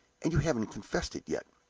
and you haven't confessed it yet.